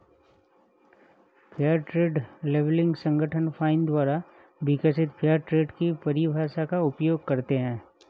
fair trade labelling संगठन FINE द्वारा विकसित फेयर ट्रेड की परिभाषा का उपयोग करते हैं